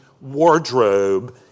wardrobe